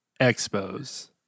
Expos